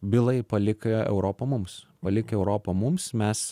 bilai palik europą mums palik europą mums mes